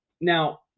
Now